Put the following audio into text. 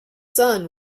son